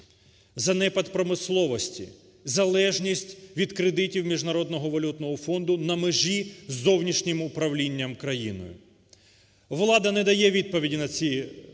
занепад промисловості, залежність від кредитів Міжнародного валютного фонду на межі з зовнішнім управлінням країною. Влада не дає відповіді на ці виклики.